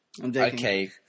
Okay